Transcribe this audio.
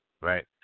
Right